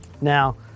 Now